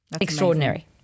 Extraordinary